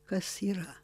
kas yra